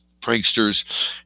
pranksters